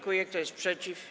Kto jest przeciw?